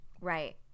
right